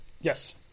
Yes